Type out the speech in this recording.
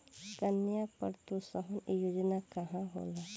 कन्या प्रोत्साहन योजना का होला?